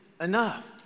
enough